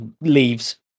leaves